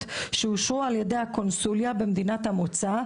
שאושרו על ידי הקונסוליה במדינת המוצא,